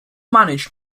managed